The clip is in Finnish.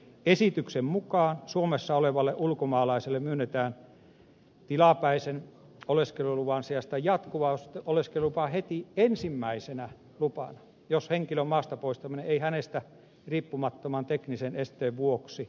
esityksen mukaan suomessa olevalle ulkomaalaiselle myönnetään tilapäisen oleskeluluvan sijasta jatkuva oleskelulupa heti ensimmäisenä lupana jos henkilön maastapoistaminen ei hänestä riippumattoman teknisen esteen vuoksi ole mahdollista